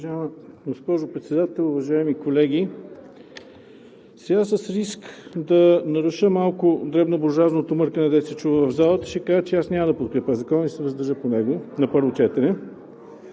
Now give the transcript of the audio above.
Уважаема госпожо Председател, уважаеми колеги! С риск да наруша малко дребнобуржоазното мъркане, което се чува в залата, ще кажа, че аз няма да подкрепя Закона и ще се въздържа по него на първо четене.